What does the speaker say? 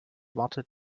wartet